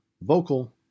vocal